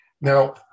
Now